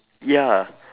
ya